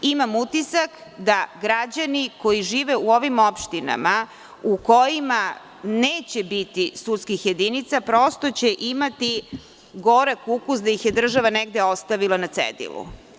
Imam utisak da će građani koji žive u ovim opštinama u kojima neće biti sudskih jedinica imati gorak ukus da ih je država negde ostavila na cedilu.